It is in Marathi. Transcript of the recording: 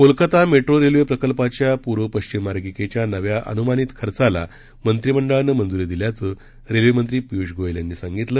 कोलकत्ता मट्रीी रख्विप्रिकल्पाच्या पूर्व पश्चिम मार्गीकच्या नव्या अनुमानित खर्चाला मंत्रीमंडळानं मंजूरी दिल्याचं रख्खित्री पियूष गोयल यांनी सांगितलं